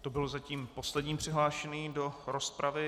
To byl zatím poslední přihlášený do rozpravy.